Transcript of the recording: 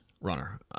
runner